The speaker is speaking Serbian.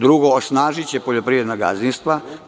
Drugo, osnažiće poljoprivredna gazdinstva.